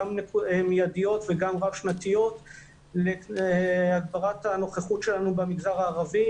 מיידיות וגם רב-שנתיות להגברת הנוכחות שלנו במגזר הערבי,